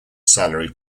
salary